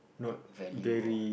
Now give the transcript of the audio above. value or